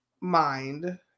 mind